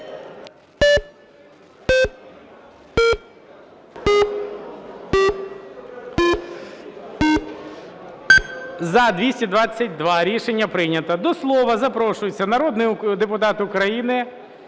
За-222 Рішення прийнято. До слова запрошується народний депутат України